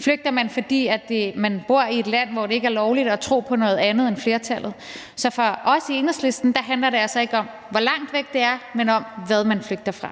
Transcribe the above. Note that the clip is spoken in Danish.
flygter man, fordi man bor i et land, hvor det ikke er lovligt at tro på noget andet end flertallet? Så for os i Enhedslisten handler det altså ikke om, hvor langt væk det er, men om, hvad man flygter fra.